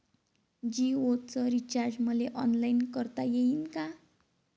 जीओच रिचार्ज मले ऑनलाईन करता येईन का?